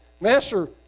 Master